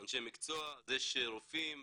אנשי מקצוע, אז יש רופאים אחים,